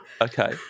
Okay